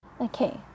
Okay